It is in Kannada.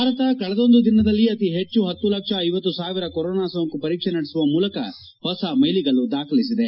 ಭಾರತ ಕಳೆದೊಂದು ದಿನದಲ್ಲಿ ಅತಿ ಹೆಚ್ಚು ಹತ್ತು ಲಕ್ಷ ಐವತ್ತು ಸಾವಿರ ಕೊರೊನಾ ಸೋಂಕು ಪರೀಕ್ಷೆ ನಡೆಸುವ ಮೂಲಕ ಹೊಸ ಮೈಲಿಗಲ್ಲು ದಾಖಲಿಸಿದೆ